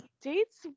dates